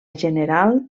general